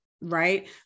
right